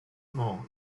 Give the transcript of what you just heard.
moore